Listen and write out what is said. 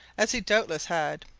as he doubtless had,